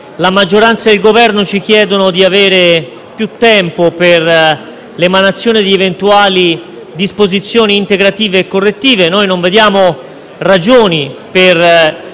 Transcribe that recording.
la maggioranza e il Governo ci chiedono di avere più tempo per procedere all'emanazione di eventuali disposizioni integrative e correttive. Non vediamo ragioni per